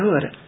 good